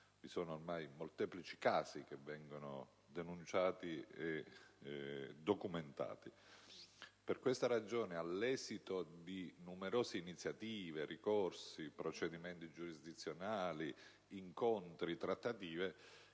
Vi sono ormai molteplici casi che vengono denunciati e documentati. Per questa ragione, all'esito di numerose iniziative, ricorsi, procedimenti giurisdizionali, incontri, trattative,